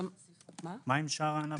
מה עם שאר הענפים?